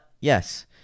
yes